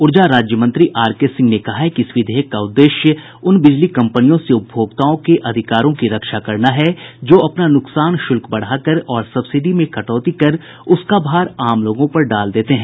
ऊर्जा राज्यमंत्री R K Singh ने कहा है कि इस विधेयक का उद्देश्य उन बिजली कम्पनियों से उपभोक्ताओं के अधिकारों की रक्षा करना है जो अपना नुकसान शुल्क बढ़ा कर और सब्सिडी में कटौती कर उसका भार आम लोगों पर डाल देते हैं